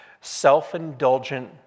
self-indulgent